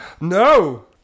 no